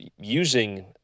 using